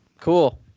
cool